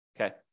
okay